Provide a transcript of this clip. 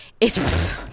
It's-